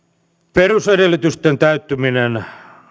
perusedellytysten täyttyminen